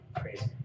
crazy